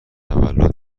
تولد